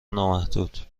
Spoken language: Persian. نامحدود